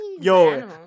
yo